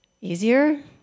Easier